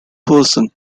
person